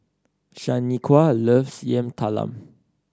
Shaniqua loves Yam Talam